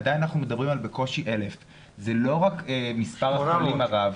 עדיין אנחנו מדברים על בקושי 1,000. זה לא רק מספר החולים הרב.